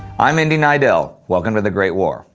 i'm indy neidell welcome to the great war.